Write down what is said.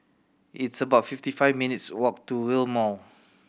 it's about fifty five minutes' walk to Rail Mall